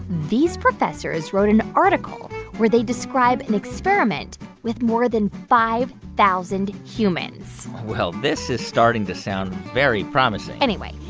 these professors wrote an article where they describe an experiment with more than five thousand humans well, this is starting to sound very promising anyway,